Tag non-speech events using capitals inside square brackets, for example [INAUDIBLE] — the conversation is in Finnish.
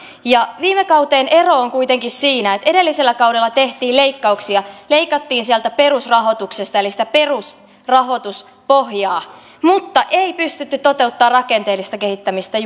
viime kauteen ero on kuitenkin siinä että edellisellä kaudella tehtiin leikkauksia leikattiin sieltä perusrahoituksesta eli sitä perusrahoituspohjaa mutta ei pystytty toteuttamaan rakenteellista kehittämistä [UNINTELLIGIBLE]